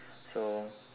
so